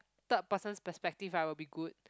third person's perspective I will be good